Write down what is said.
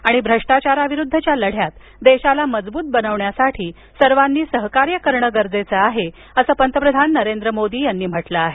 आणि भ्रष्टाचाराविरुद्धच्या लढ्यात देशाला मजबूत बनविण्यासाठी सर्वांनी सहकार्य करणं गरजेचं आहे असं पंतप्रधान नरेंद्र मोदी यांनी म्हटलं आहे